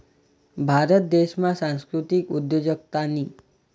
भारत देशमा सांस्कृतिक उद्योजकतानी